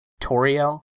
Toriel